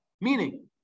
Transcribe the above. Meaning